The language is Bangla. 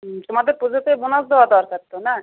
হুম তোমাদের পুজোতে বোনাস দেওয়া দরকার তো না